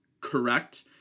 correct